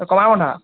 Kamarbandha